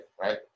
right